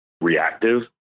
reactive